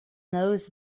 those